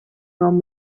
from